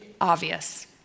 obvious